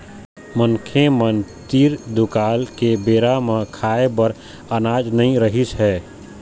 मनखे मन तीर दुकाल के बेरा म खाए बर अनाज नइ रिहिस हे